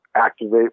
activate